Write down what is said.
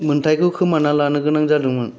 मोन्थायखौ खोमाना लानो गोनां जादोंमोन